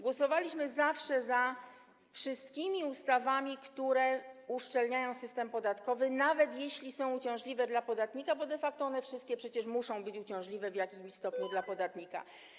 Głosowaliśmy zawsze za wszystkimi ustawami, które uszczelniają system podatkowy, nawet jeśli są uciążliwe dla podatnika, bo de facto one wszystkie przecież muszą być uciążliwe w jakimś stopniu dla podatnika.